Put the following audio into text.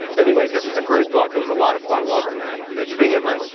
and anyway, this is a great book. it was a lot of fun. welcome, mat. great to be here, mike.